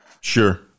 Sure